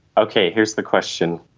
ok. here's the question.